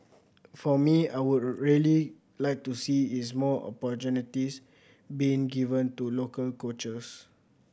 for me I would really like to see is more opportunities being given to local coaches